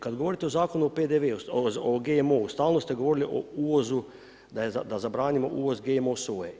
Kad govorite o Zakonu o GMO-u, stalno ste govorili o uvozu da zabranimo uvoz GMO soje.